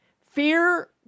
Fear